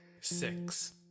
six